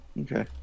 Okay